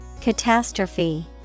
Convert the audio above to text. Catastrophe